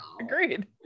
agreed